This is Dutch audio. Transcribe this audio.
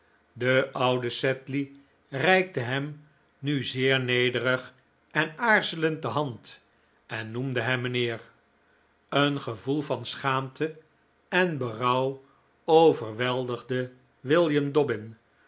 de oude sedley reikte hem nu zeer nederig en aarzelend de hand en noemde hem mijnheer een gevoel van schaamte en berouw overweldigde william dobbin